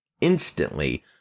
instantly